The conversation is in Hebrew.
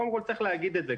קודם כל צריך להגיד את זה.